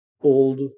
old